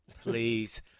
please